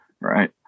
Right